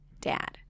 dad